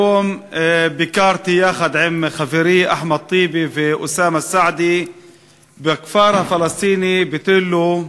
היום ביקרתי יחד עם חברי אחמד טיבי ואוסאמה סעדי בכפר הפלסטיני ביתילו,